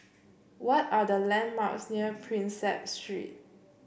what are the landmarks near Prinsep Street